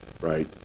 right